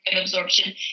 absorption